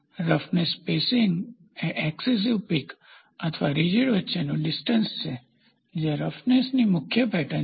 roughness spacing એ successive peak અથવા રીજડ વચ્ચેનું ડીસ્ટન્સ છે જે રફનેસની મુખ્ય પેટર્ન છે